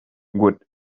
would